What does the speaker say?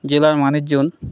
জেলার মানুষজন